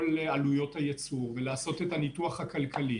עלויות הייצור ולעשות את הניתוח הכלכלי